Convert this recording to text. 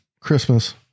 Christmas